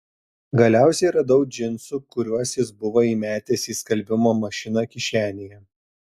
galiausiai radau džinsų kuriuos jis buvo įmetęs į skalbimo mašiną kišenėje